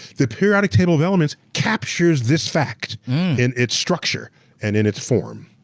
the period table of elements captures this fact in its structure and in its form.